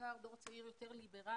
בעיקר הדור הצעיר יותר ליברלי,